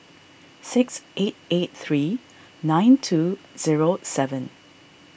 six eight eight three nine two zero seven